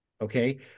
Okay